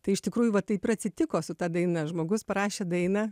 tai iš tikrųjų va taip ir atsitiko su ta daina žmogus parašė dainą